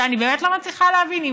אני באמת לא מצליחה להבין,